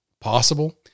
possible